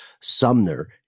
Sumner